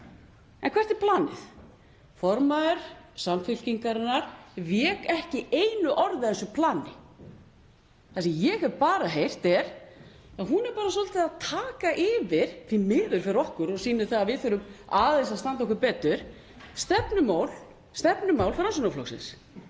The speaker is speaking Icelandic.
En hvert er planið? Formaður Samfylkingarinnar vék ekki einu orði að þessu plani. Það sem ég hef heyrt er að hún er bara svolítið að taka yfir — því miður fyrir okkur og sýnir að við þurfum aðeins að standa okkur betur — stefnumál Framsóknarflokksins.